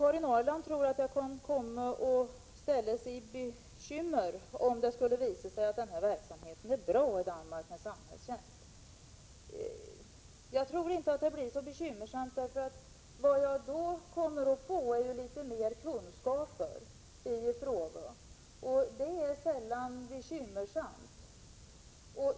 Karin Ahrland tror att jag skulle få bekymmer om det skulle visa sig att verksamheten med samhällstjänst är bra i Danmark. Jag tror inte att det blir så bekymmersamt. Vad jag då kommer att få är litet mer kunskaper i frågan, och det är sällan bekymmersamt.